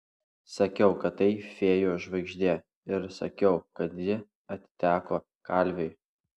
sakiau kad tai fėjų žvaigždė ir sakiau kad ji atiteko kalviui